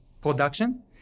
production